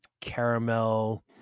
caramel